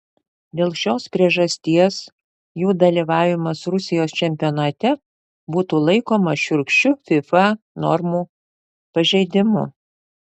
dėl šios priežasties jų dalyvavimas rusijos čempionate būtų laikomas šiurkščiu fifa normų pažeidimu